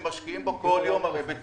זה הרי מקום שמשקיעים בו כל יום בתחזוקה,